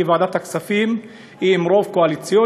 כי ועדת הכספים היא עם רוב קואליציוני,